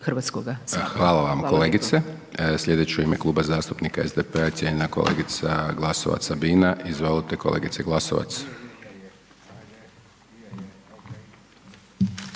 Hvala vam kolegice. Sljedeća u ime Kluba zastupnika SDP-a je cijenjena kolegica Glasovac Sabina. Izvolite kolegice Glasovac. **Glasovac,